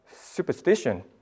superstition